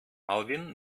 alwin